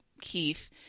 Keith